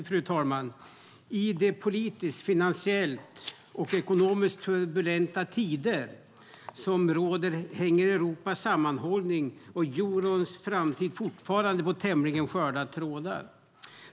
Fru talman! I de politiskt, finansiellt och ekonomiskt turbulenta tider som råder hänger Europas sammanhållning och eurons framtid fortfarande på tämligen sköra trådar.